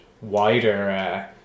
wider